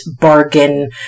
bargain